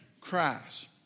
Christ